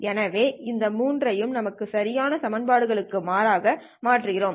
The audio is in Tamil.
எனவே இந்த மூன்றையும் நமக்கு சரியான சமன்பாடுகளுக்கு மாறாக மாற்றுகிறோம்